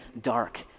dark